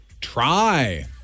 Try